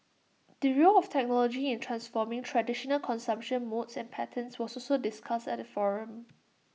the role of technology in transforming traditional consumption modes and patterns was also discussed at the forum